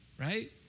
right